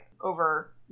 over